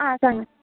आं सांगात